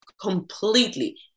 completely